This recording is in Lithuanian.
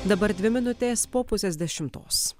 dabar dvi minutės po pusės dešimtos